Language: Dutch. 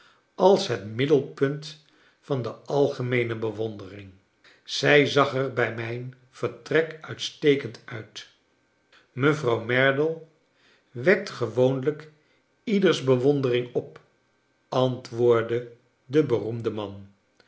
als het middelpunt van de algemeene bewondering zij zag er brj mijn vertrek uitstekend nit mevrouw merdle wekt gewoonlrjk ieders bewondering op antwoordde de beroemde man